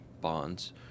bonds